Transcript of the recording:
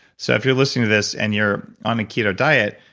so if you're listening to this, and you're on a keto diet,